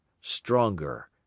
stronger